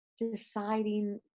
deciding